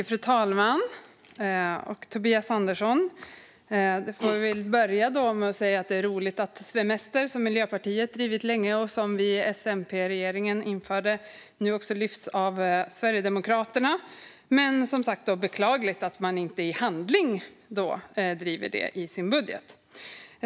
Fru talman! Jag får väl börja med att säga att det är roligt att "svemester", som Miljöpartiet länge har drivit på för och som V-S-MP-regeringen införde, nu också lyfts fram av Sverigedemokraterna. Det är dock beklagligt att man inte i handling driver detta i sin budget.